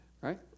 right